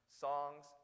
songs